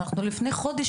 אנחנו לפני חודש,